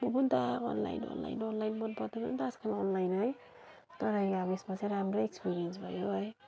म पनि त अनलाइन अनलाइन अनलाइन मन पर्दैन त आजकल अनलाइन है तर यहाँ यसमा चाहिँ राम्रै एक्सपिरियन्स भयो है